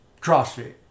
crossfit